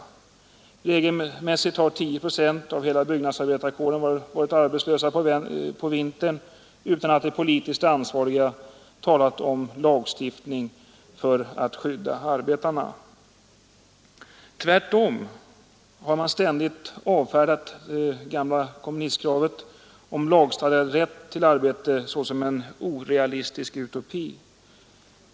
Regelmässigt har 10 procent av hela byggnadsarbetarkåren varit arbetslös på vintern utan att de politiskt ansvariga talat om lagstiftning för att skydda arbetarna. Tvärtom har man ständigt avfärdat det gamla kommunistkravet på lagstadgad rätt till arbete såsom utopi.